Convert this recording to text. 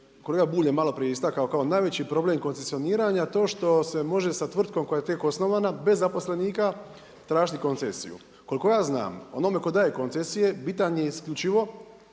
kolega Bulj je malo prije istakao kao najveći problem koncesioniranja, to što se može sa tvrtkom koja je tek osnovana bez zaposlenika tražiti koncesiju. Koliko ja znam onome tko daje koncesije bitan je isključivo